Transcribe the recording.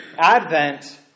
Advent